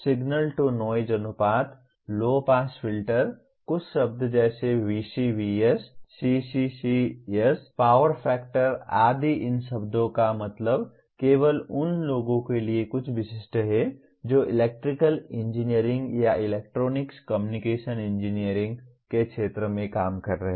signal to noise अनुपात low pass filter कुछ शब्द जैसे VCVS CCCS पावर फैक्टर आदि इन शब्दों का मतलब केवल उन लोगों के लिए कुछ विशिष्ट है जो इलेक्ट्रिकल इंजीनियरिंग या इलेक्ट्रॉनिक्स कम्युनिकेशन इंजीनियरिंग के क्षेत्र में काम कर रहे हैं